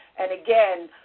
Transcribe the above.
and again,